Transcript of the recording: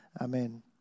Amen